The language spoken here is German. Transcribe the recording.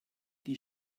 die